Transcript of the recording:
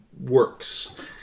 works